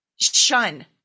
shun